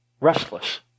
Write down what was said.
restless